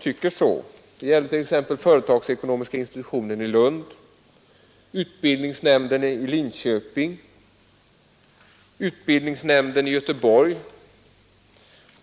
tycker ock å det. Det gäller t.ex. företagsekonomiska institutionen i Lund, utbildningsnämnden i Linköping och utbildningsnämnden i Göteborg.